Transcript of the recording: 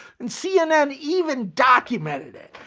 and cnn even documented it.